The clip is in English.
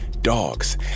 dogs